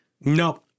Nope